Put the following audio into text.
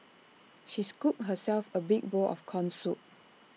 she scooped herself A big bowl of Corn Soup